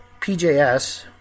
pjs